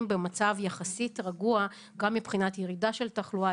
במצב יחסית רגוע גם מבחינת ירידה של תחלואה,